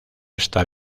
está